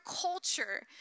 culture